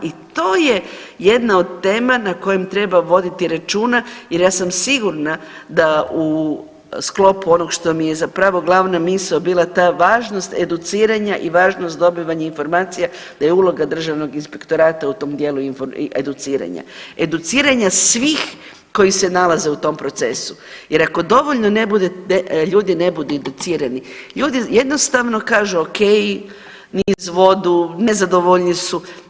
I to je jedna od tema na kojem treba voditi računa jer ja sam sigurna da u sklopu onog što mi je zapravo glavna misao bila ta važnost educiranja i važnost dobivanja informacija da je uloga Državnog inspektorata u tom dijelu educiranja, educiranja svih koji se nalaze u tom procesu jer ako dovoljno ljudi ne budu educirani ljudi jednostavno kažu ok, niz vodu, nezadovoljni su.